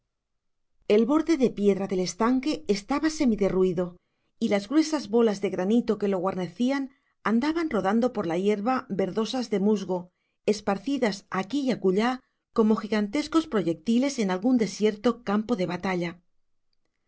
el borde de piedra del estanque estaba semiderruido y las gruesas bolas de granito que lo guarnecían andaban rodando por la hierba verdosas de musgo esparcidas aquí y acullá como gigantescos proyectiles en algún desierto campo de batalla